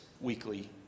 weekly